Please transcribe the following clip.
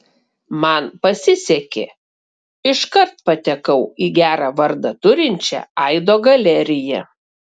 man pasisekė iškart patekau į gerą vardą turinčią aido galeriją